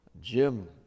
Jim